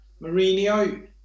Mourinho